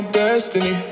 destiny